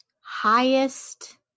highest